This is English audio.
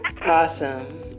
Awesome